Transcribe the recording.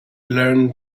learned